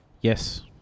Yes